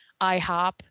iHop